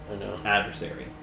adversary